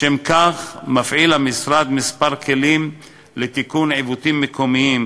לשם כך מפעיל המשרד כמה כלים לתיקון עיוותים מקומיים,